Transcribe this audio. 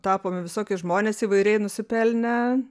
tapomi visoki žmonės įvairiai nusipelnę